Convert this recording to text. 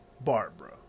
Barbara